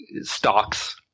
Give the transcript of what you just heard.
stocks